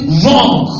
wrong